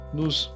nos